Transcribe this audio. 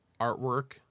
artwork